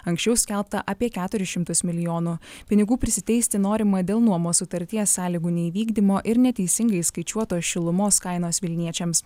anksčiau skelbta apie keturis šimtus milijonų pinigų prisiteisti norimą dėl nuomos sutarties sąlygų neįvykdymo ir neteisingai įskaičiuotos šilumos kainos vilniečiams